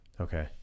Okay